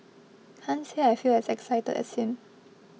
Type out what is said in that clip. can't say I feel as excited as him